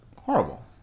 horrible